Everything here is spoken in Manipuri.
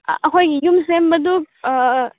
ꯑꯩꯈꯣꯏꯒꯤ ꯌꯨꯝ ꯁꯦꯝꯕꯗꯨ